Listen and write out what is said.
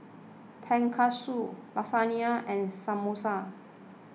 Tonkatsu Lasagne and Samosa